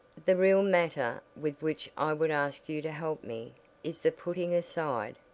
the real matter with which i would ask you to help me is the putting aside,